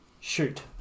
Shoot